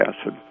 acid